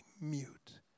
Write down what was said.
mute